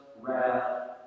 wrath